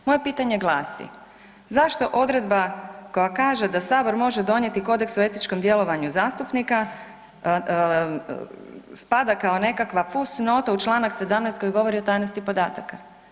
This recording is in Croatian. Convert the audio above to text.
Moje pitanje glasi, zašto odredba koja kaže da sabor može donijeti kodeks o etičkom djelovanju zastupnika spada kao nekakva fusnota u Članak 17. koji govori o tajnosti podataka.